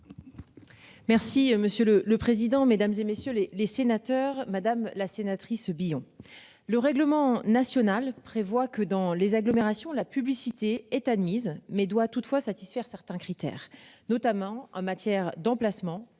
Merci monsieur le le président, mesdames, et messieurs les sénateurs, madame la sénatrice Billon. Le règlement national prévoit que dans les agglomérations, la publicité est admise mais doit toutefois satisfaire certains critères notamment en matière d'emplacements